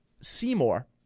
Seymour